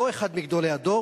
לא אחד מגדולי הדור,